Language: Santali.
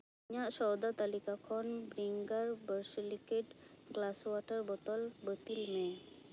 ᱤᱧᱟᱹᱜ ᱥᱚᱭᱫᱟ ᱛᱟᱹᱞᱤᱠᱟ ᱠᱷᱚᱱ ᱵᱨᱤᱝᱜᱟᱨ ᱵᱟᱨᱥᱤᱞᱮᱠᱤᱴ ᱜᱞᱟᱥ ᱚᱣᱟᱴᱟᱨ ᱵᱳᱛᱳᱞ ᱵᱟᱹᱛᱤᱞ ᱢᱮ